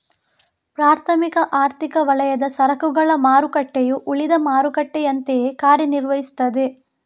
ಪ್ರಾಥಮಿಕ ಆರ್ಥಿಕ ವಲಯದ ಸರಕುಗಳ ಮಾರುಕಟ್ಟೆಯು ಉಳಿದ ಮಾರುಕಟ್ಟೆಯಂತೆಯೇ ಕಾರ್ಯ ನಿರ್ವಹಿಸ್ತದೆ